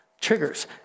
triggers